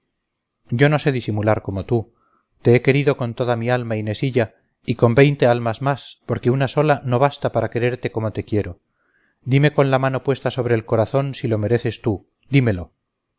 yo no sé disimular como tú te he querido con toda mi alma inesilla y con veinte almas más porque una sola no basta para quererte como te quiero dime con la mano puesta sobre el corazón si lo mereces tú dímelo